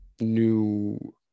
new